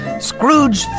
Scrooge